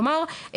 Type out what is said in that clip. כלומר,